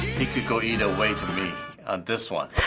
it could go either way to me on this one.